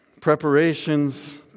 preparations